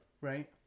right